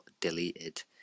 deleted